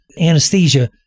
anesthesia